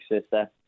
sister